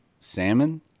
salmon